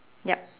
yup